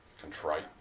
contrite